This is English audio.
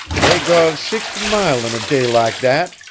they go sixt' mile in day lak dat,